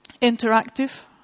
interactive